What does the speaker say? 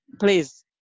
Please